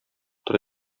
тора